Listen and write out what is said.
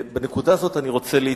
ובנקודה הזאת אני רוצה להתייחס.